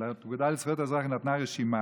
אבל לאגודה לזכויות האזרח היא נתנה רשימה,